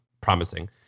promising